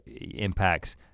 impacts